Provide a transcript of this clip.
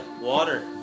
water